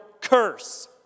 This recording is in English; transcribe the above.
curse